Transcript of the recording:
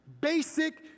Basic